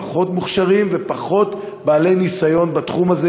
פחות מוכשרים ופחות בעלי ניסיון בתחום הזה,